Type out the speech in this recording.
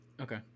Okay